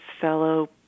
fellow